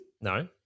No